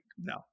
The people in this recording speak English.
No